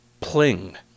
pling